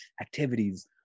activities